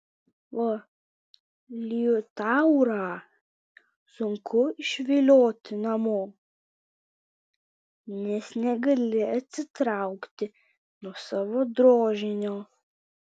o liutaurą sunku išvilioti namo nes negali atsitraukti nuo savo drožinio